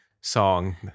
song